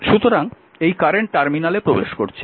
সুতরাং এই কারেন্ট টার্মিনালে প্রবেশ করছে